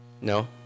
No